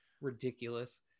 ridiculous